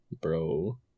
Bro